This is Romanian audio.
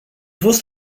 fost